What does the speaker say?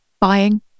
buying